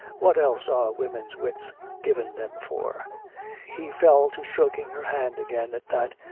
what else are women's wits given them for he fell to stroking her hand again at that,